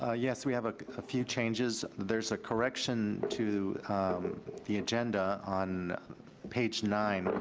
ah yes, we have a few changes. there's a correction to the agenda on page nine.